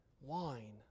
wine